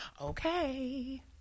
Okay